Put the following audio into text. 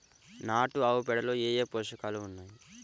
నాటు ఆవుపేడలో ఏ ఏ పోషకాలు ఉన్నాయి?